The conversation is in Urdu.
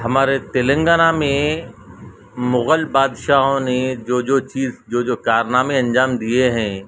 ہمارے تلنگانہ میں مغل بادشاہوں نے جو جو چیز جو جو کارنامے انجام دیے ہیں